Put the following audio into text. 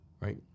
right